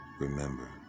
Remember